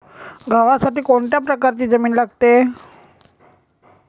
गव्हासाठी कोणत्या प्रकारची जमीन लागते?